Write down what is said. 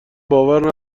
باور